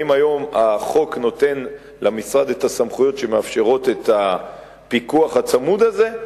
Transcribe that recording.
האם היום החוק נותן למשרד את הסמכויות שמאפשרות את הפיקוח הצמוד הזה?